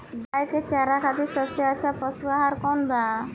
गाय के चारा खातिर सबसे अच्छा पशु आहार कौन बा?